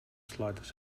slightest